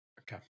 Okay